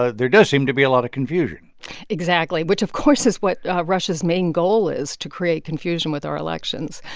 ah there does seem to be a lot of confusion exactly, which, of course, is what russia's main goal is to create confusion with our elections.